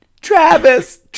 travis